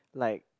like